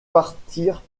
partirent